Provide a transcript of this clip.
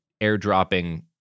airdropping